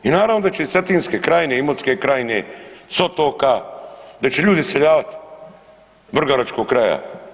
I naravno da će iz Cetinske krajine, Imotske krajine, s otoka da će ljudi iseljavat, vrgoračkog kraja.